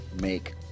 make